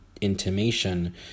intimation